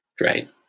Right